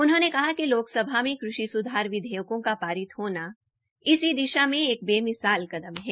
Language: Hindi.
उन्होंने कहा कि लोकसभा में कृषि सुधार विधेयकों का पारित होना इस दिशा में बेमिसाल कदम है